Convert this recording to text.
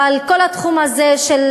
אבל כל התחום הזה, של